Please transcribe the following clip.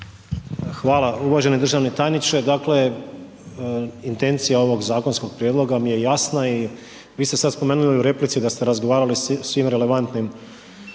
Hvala. Uvaženi državni tajniče, dakle intencija ovog zakonskog prijedloga mi je jasna i vi ste sad spomenuli u replici da ste razgovarali sa svim relevantnim